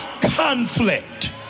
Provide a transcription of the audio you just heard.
conflict